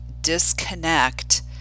disconnect